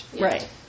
Right